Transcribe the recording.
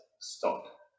stop